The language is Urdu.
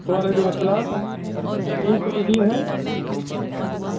وعلیکم السلام کیوں کال کی ہے